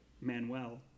Manuel